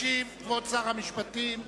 ישיב כבוד שר המשפטים,